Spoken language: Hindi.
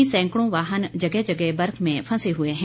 वहीं सैंकड़ों वाहन जगह जगह बर्फ में फंसे हुए हैं